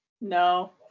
no